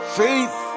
faith